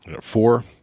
Four